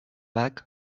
bach